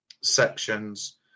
sections